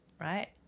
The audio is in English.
right